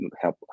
help